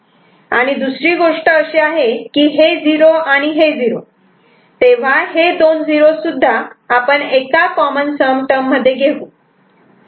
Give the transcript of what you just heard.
आणि दुसरी गोष्ट अशी आहे की हे 0 आणि हे 0 तेव्हा हे दोन 0's सुद्धा आपण एका कॉमन सम टर्म मध्ये घेऊ